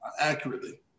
accurately